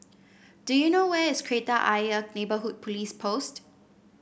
do you know where is Kreta Ayer Neighbourhood Police Post